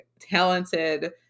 talented